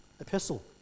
epistle